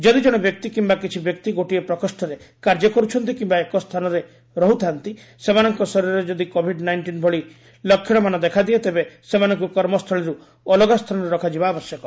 ଯଦି ଜଣେ ବ୍ୟକ୍ତି କିମ୍ବା କିଛି ବ୍ୟକ୍ତି ଗୋଟିଏ ପ୍ରକୋଷରେ କାର୍ଯ୍ୟ କରୁଛାନ୍ତି କିମ୍ବା ଏକସ୍ଥାନରେ ରହୁଥାନ୍ତି ସେମାନଙ୍କ ଶରୀରରେ ଯଦି କୋଭିଡ୍ ନାଇଷ୍ଟିନ୍ ଭଳି ଲକ୍ଷଣମାନ ଦେଖାଦିଏ ତେବେ ସେମାନଙ୍କୁ କର୍ମସ୍ଥଳୀଠାରୁ ଅଲଗା ସ୍ଥାନରେ ରଖାଯିବା ଆବଶ୍ୟକ